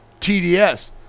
TDS